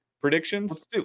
predictions